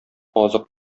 азык